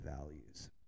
values